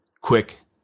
quick